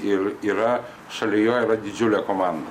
ir yra šalia jo yra didžiulė komanda